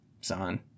son